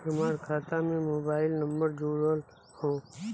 हमार खाता में मोबाइल नम्बर जुड़ल हो?